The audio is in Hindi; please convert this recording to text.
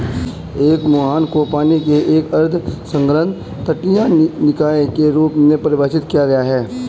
एक मुहाना को पानी के एक अर्ध संलग्न तटीय निकाय के रूप में परिभाषित किया गया है